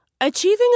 Achieving